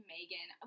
Megan